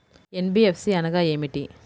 NBFC అనగా ఏమిటీ?